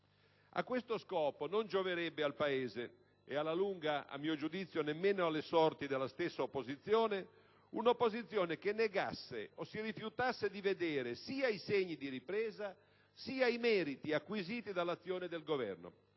A questo scopo, non gioverebbe al Paese e, alla lunga, a mio giudizio, nemmeno alle sorti della stessa opposizione, essere un'opposizione che negasse, o si rifiutasse di vedere, sia i segni di ripresa sia i meriti acquisiti dall'azione del Governo.